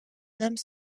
hommes